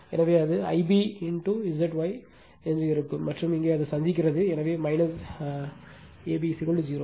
எனவே அது Ib Zy இருக்கும் மற்றும் இங்கே அது சந்திக்கிறது எனவே ab 0